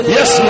Yes